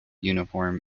uniform